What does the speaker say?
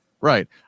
Right